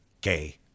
gay